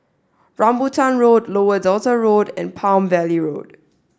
Rambutan Road Lower Delta Road and Palm Valley Road